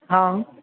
હં